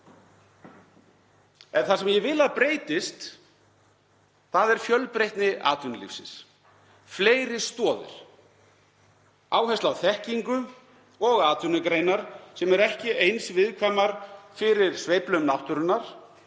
En það sem ég vil að breytist er fjölbreytni atvinnulífsins. Fleiri stoðir, áhersla á þekkingu og atvinnugreinar sem eru ekki eins viðkvæmar fyrir sveiflum náttúrunnar